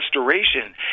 restoration